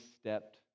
stepped